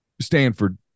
Stanford